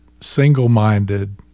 single-minded